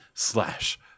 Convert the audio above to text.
Slash